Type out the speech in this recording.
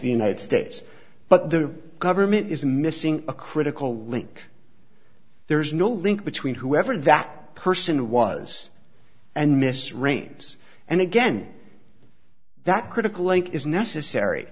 united states but the government is missing a critical link there is no link between whoever that person was and miss raines and again that critical link is necessary